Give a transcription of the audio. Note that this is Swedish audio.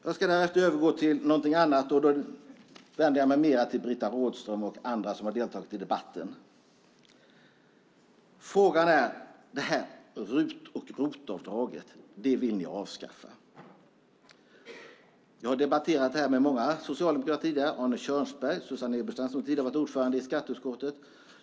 Jag ska nu övergå till någonting annat, och då vänder jag mig mer till Britta Rådström och andra som har deltagit i debatten. Frågan gäller RUT och ROT-avdragen som ni vill avskaffa. Jag har debatterat detta med många socialdemokrater, bland andra Arne Kjörnsberg och den tidigare ordföranden i skatteutskottet Susanne Eberstein.